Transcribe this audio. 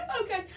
Okay